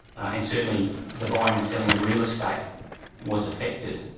and certainly the buying and selling of real estate was affected.